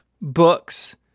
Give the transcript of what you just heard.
books